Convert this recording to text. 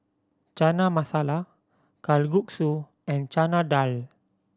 Chana Masala Kalguksu and Chana Dal